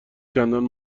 چندان